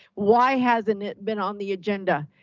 why hasn't it been on the agenda?